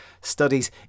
Studies